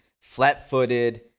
flat-footed